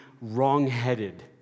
wrongheaded